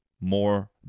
more